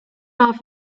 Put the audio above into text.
off